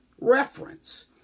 reference